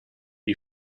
you